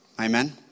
Amen